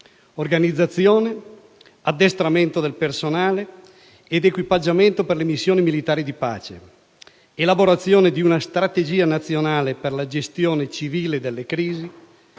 sull'organizzazione, sull'addestramento del personale e sull'equipaggiamento per le missioni militari di pace; sull'elaborazione di una strategia nazionale per la gestione civile delle crisi;